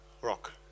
rock